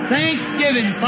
Thanksgiving